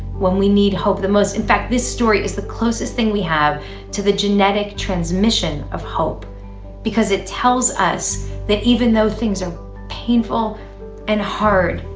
when we need hope the most. in fact, this story is the closest thing we have to the genetic transmission of hope because it tells us that even though things are painful and hard,